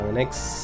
next